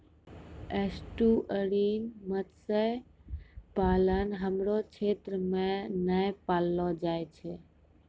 estuarine मत्स्य पालन हमरो क्षेत्र मे नै पैलो जाय छै